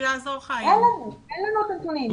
אין לנו את הנתונים.